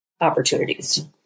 opportunities